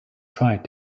tried